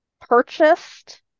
purchased